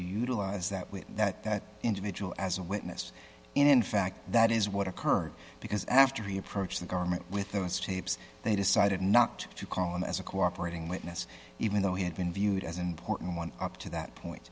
utilize that which that individual as a witness in fact that is what occurred because after he approached the government with those tapes they decided not to call him as a cooperating witness even though he had been viewed as an porton one up to that point